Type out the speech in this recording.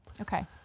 Okay